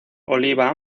oliva